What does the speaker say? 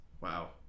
Wow